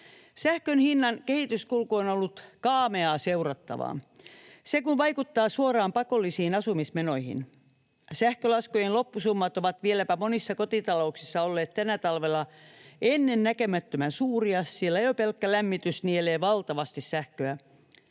Sähkön hinnan kehityskulku on ollut kaameaa seurattavaa, se kun vaikuttaa suoraan pakollisiin asumismenoihin. Sähkölaskujen loppusummat ovat vieläpä monissa kotitalouksissa olleet tänä talvena ennennäkemättömän suuria. Siellä jo pelkkä lämmitys nielee valtavasti sähköä.